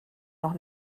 noch